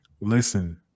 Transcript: Listen